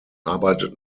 arbeitet